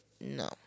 No